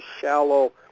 shallow